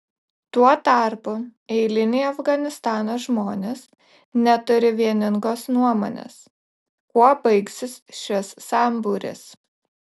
tuo tarpu eiliniai afganistano žmonės neturi vieningos nuomonės kuo baigsis šis sambūris